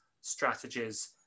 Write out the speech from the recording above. strategies